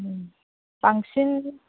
ओम बांसिन